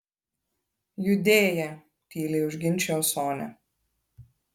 judėjė tyliai užginčijo sonia